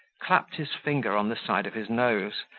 clapped his finger on the side of his nose,